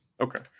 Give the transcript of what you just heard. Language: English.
okay